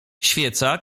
świeca